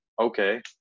okay